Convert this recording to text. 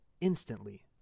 instantly